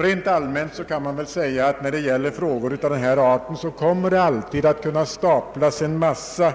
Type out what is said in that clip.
Rent allmänt kan man säga att när det gäller frågor av denna art kommer det alltid att kunna radas upp en massa